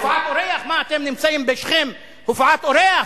אתם נמצאים בשכם, הופעת אורח?